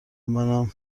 منم